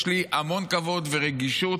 יש לי המון כבוד ורגישות,